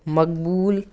مَقبوٗل